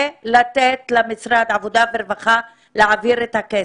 ולתת למשרד העבודה והרווחה להעביר את הכסף.